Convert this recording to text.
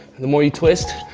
the more you twist,